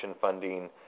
funding